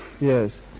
Yes